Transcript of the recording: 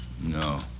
No